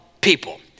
people